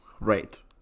Right